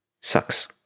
sucks